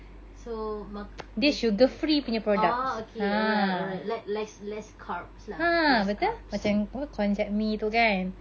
so mak~ dia sendiri oh okay alright alright like like less carbs lah less carbs